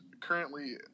currently